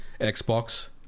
xbox